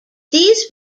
these